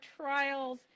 trials